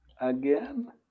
again